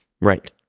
Right